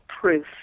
proof